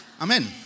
Amen